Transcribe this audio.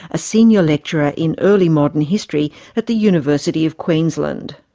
a senior lecturer in early modern history at the university of queensland.